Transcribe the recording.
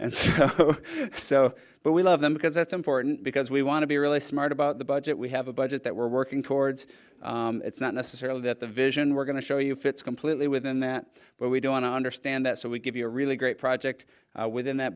and so but we love them because that's important because we want to be really smart about the budget we have a budget that we're working towards it's not necessarily that the vision we're going to show you fits completely within that but we do want to understand that so we give you a really great project within that